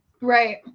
right